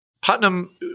Putnam